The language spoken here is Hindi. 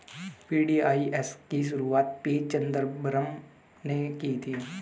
वी.डी.आई.एस की शुरुआत पी चिदंबरम ने की थी